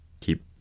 Keep